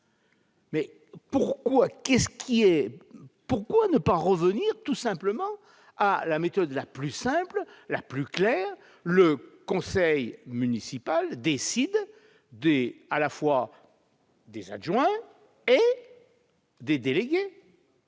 pourquoi ne pas revenir à la méthode la plus simple, la plus claire : le conseil municipal désigne à la fois les adjoints et les délégués